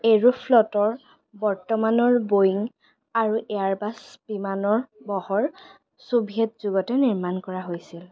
এৰোফ্লটৰ বৰ্তমানৰ বোয়িং আৰু এয়াৰবাছ বিমানৰ বহৰ ছোভিয়েট যুগতে নিৰ্মাণ কৰা হৈছিল